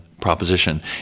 proposition